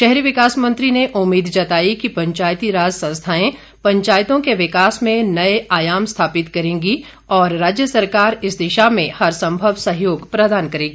शहरी विकास मंत्री ने उम्मीद जताई कि पंचायती राज संस्थाएं पंचायतों के विकास में नए आयाम स्थापित करेंगी और राज्य सरकार इस दिशा में हर संभव सहयोग प्रदान करेगी